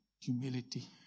humility